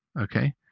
okay